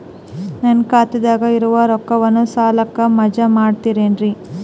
ನನ್ನ ಖಾತಗ ಇರುವ ರೊಕ್ಕವನ್ನು ಸಾಲಕ್ಕ ವಜಾ ಮಾಡ್ತಿರೆನ್ರಿ?